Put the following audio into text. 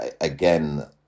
again